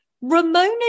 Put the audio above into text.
Ramona